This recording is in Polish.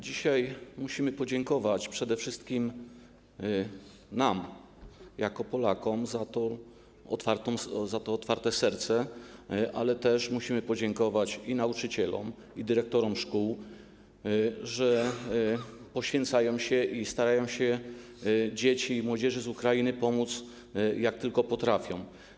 Dzisiaj musimy podziękować przede wszystkim sobie, nam, jako Polakom, za otwarte serce, ale też musimy podziękować i nauczycielom, i dyrektorom szkół, że poświęcają się i starają się dzieciom i młodzieży z Ukrainy pomóc, jak tylko potrafią.